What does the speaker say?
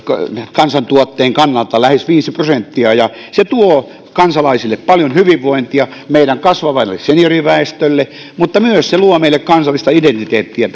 kansantuotteen kannalta lähes viisi prosenttia ja se tuo kansalaisille paljon hyvinvointia meidän kasvavalle senioriväestölle mutta se myös luo meille kansallista identiteettiä